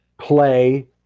play